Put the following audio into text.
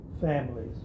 families